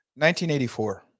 1984